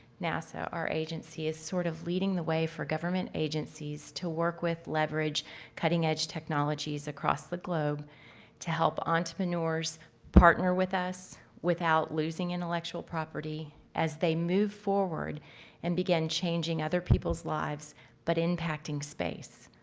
nasa our agency, is sort of leading the way for government agencies to work with leverage cutting-edge technologies across the globe to help entrepreneurs partner with us without losing intellectual property as they move forward and begin changing other people's lives but impacting space.